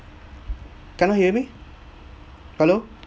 cannot hear me hello